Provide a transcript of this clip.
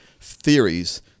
theories